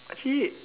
actually